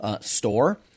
store